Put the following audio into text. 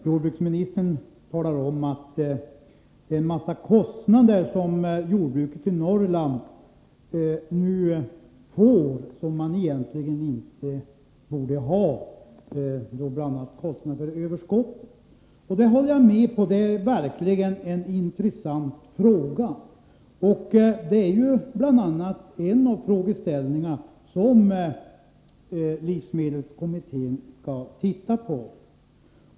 Jordbruksministern sade att jordbruket i Norrland nu får en mängd kostnader som det egentligen inte borde ha, bl.a. kostnader för överskott. Jag håller med om det. Det är verkligen en intressant fråga, och det är bl.a. en av de frågor som livsmedelskommittén skall se på.